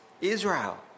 Israel